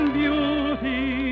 beauty